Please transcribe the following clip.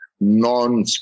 non